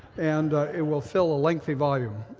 and it will fill a lengthy volume.